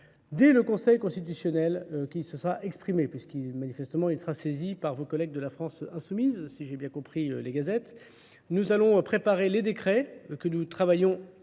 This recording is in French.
Dès le Conseil constitutionnel, qui se sera exprimé, puisque, manifestement, il sera saisi par vos collègues de la France Insoumise, si j'ai bien compris les gazettes, nous allons préparer les décrets, que nous travaillons